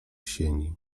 sieni